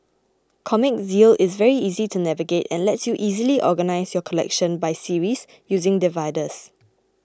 Comic Zeal is very easy to navigate and lets you easily organise your collection by series using dividers